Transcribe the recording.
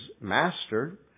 master